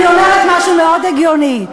אני אומרת משהו מאוד הגיוני,